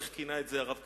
איך כינה את זה הרב כהנא: